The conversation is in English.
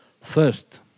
First